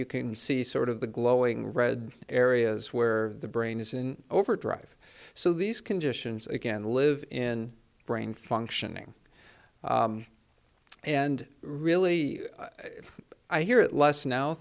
you can see sort of the glowing red areas where the brain is in overdrive so these conditions again live in brain functioning and really i hear it less now